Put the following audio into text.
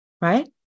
Right